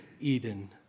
Eden